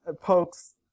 Pokes